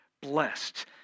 blessed